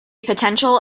potential